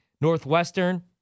Northwestern